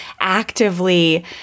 actively